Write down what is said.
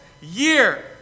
year